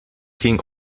ging